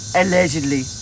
allegedly